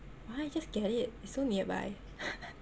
why just get it it's so nearby